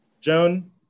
Joan